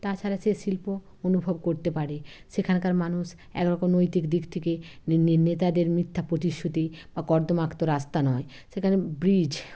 তাছাড়া সে শিল্প অনুভব করতে পারে সেখানকার মানুষ একরকম নৈতিক দিক থেকে নেতাদের মিথ্যা প্রতিশ্রুতি বা কর্দমাক্ত রাস্তা নয় সেখানে ব্রিজ